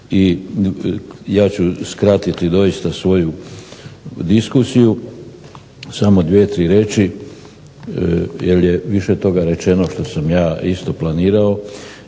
I ja ću skratiti doista svoju diskusiju. Samo dvije, tri riječi, jer je više toga rečeno što sam ja isto planirao.